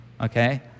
Okay